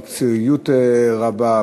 מקצועיות רבה,